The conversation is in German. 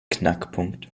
knackpunkt